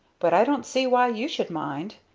but i don't see why you should mind.